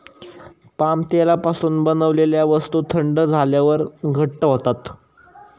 palm तेलापासून बनवलेल्या वस्तू थंड झाल्यावर घट्ट होतात